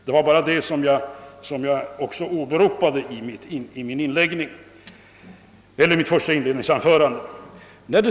Det var också detta jag syftade på i mitt inledningsanförande.